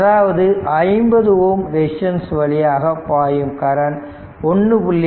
அதாவது 50 ohm resistance வழியாக பாயும் கரண்ட் 1